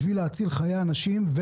בשביל להציל חיי אנשים,